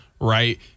right